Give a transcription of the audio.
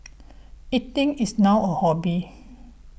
eating is now a hobby